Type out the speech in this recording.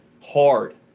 hard